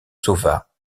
sauva